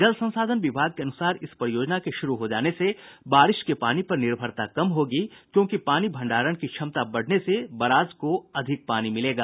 जल संसाधन विभाग के अनुसार इस परियोजना के शुरू हो जाने से बारिश के पानी पर निर्भरता कम होगी क्योंकि पानी भण्डारण की क्षमता बढ़ने से बराज को अधिक पानी मिलेगा